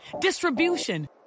distribution